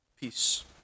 Peace